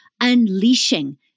unleashing